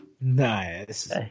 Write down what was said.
nice